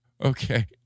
Okay